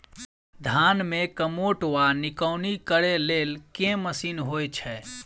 धान मे कमोट वा निकौनी करै लेल केँ मशीन होइ छै?